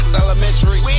elementary